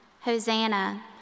Hosanna